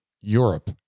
Europe